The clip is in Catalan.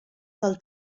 del